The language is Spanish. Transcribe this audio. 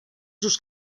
sus